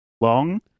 long